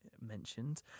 mentioned